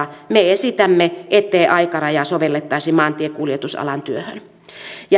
me esitämme ettei aikarajaa sovellettaisi maantiekuljetusalan työhön